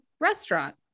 restaurant